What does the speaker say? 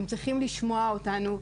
הם צריכים לשמוע אותנו,